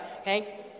okay